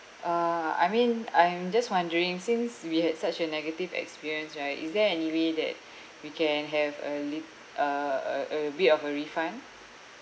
uh I mean I am just wondering since we had such a negative experience right is there any way that we can have a lit~ a a a bit of a refund